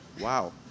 Wow